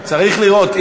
צריך לראות.